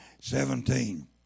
Seventeen